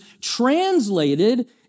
translated